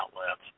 outlets